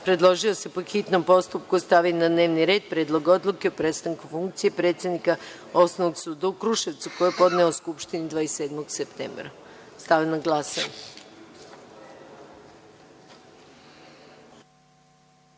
predložio je da se po hitnom postupku stavi na dnevni red Predlog odluke o prestanku funkcije predsednika Osnovnog suda u Kruševcu, koji je podneo Skupštini 27. septembra. Stavljam na